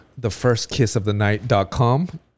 thefirstkissofthenight.com